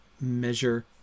measure